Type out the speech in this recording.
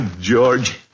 George